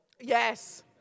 Yes